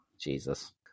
Jesus